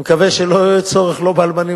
אני מקווה שלא יהיה צורך לא באלמנים